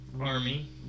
Army